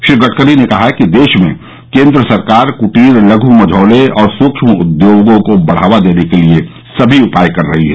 श्री गडकरी ने कहा कि देश में केन्द्र सरकार क्टीर लघू मझौले और सूक्ष्म उद्यमों को बढावा देने के लिए सभी उपाय कर रही है